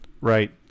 right